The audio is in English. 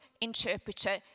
interpreter